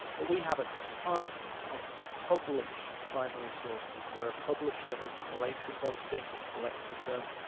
but we have a ton of published primary sources where a publisher has collated those things collected them,